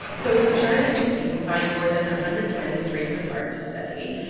so bouchard and his team find more than a hundred twins raised apart to study.